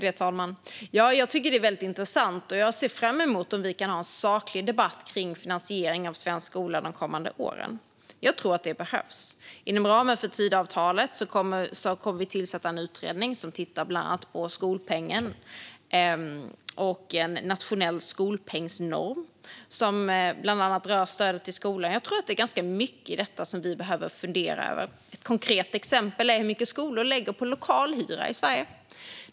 Fru talman! Jag tycker att detta är väldigt intressant, och jag ser fram emot att vi kan ha en saklig debatt kring finansieringen av svensk skola de kommande åren. Jag tror att det behövs. Inom ramen för Tidöavtalet kommer vi att tillsätta en utredning som exempelvis ska titta på skolpengen och på en nationell skolpengsnorm, som bland annat rör stödet till skolan. Jag tror att det är ganska mycket i detta som vi behöver fundera över. Ett konkret exempel gäller hur mycket skolor lägger på lokalhyra i Sverige.